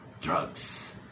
drugs